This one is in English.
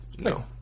No